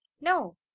No